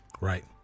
Right